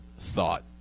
thought